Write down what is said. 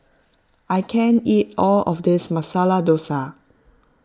I can't eat all of this Masala Dosa